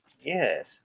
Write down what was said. Yes